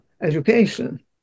education